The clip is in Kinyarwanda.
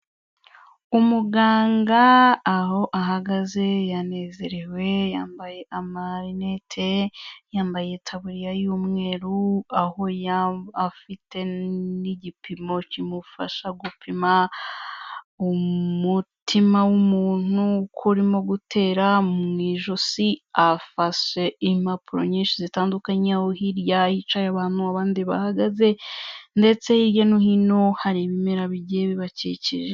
Umuganga aho ahagaze yanezerewe, yambaye amarinete, yambaye itabuririya y'umweru, baho afite n'igipimo kimufasha gupima umutima w'umuntu ukon urimo gutera, mu ijosi afashe impapuro nyinshi zitandukanye, hirya hicaye abantu abandi bahagaze ndetse hirya no hino hari ibimera bigiye bibakikije.